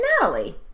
Natalie